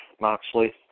Moxley